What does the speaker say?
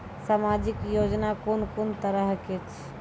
समाजिक योजना कून कून तरहक छै?